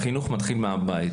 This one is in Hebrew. החינוך מתחיל מהבית.